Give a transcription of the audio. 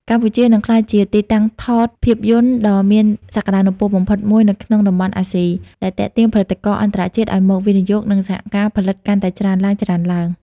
កម្ពុជានឹងក្លាយជាទីតាំងថតភាពយន្តដ៏មានសក្ដានុពលបំផុតមួយនៅក្នុងតំបន់អាស៊ី ដែលទាក់ទាញផលិតករអន្តរជាតិឱ្យមកវិនិយោគ និងសហការផលិតកាន់តែច្រើនឡើងៗ។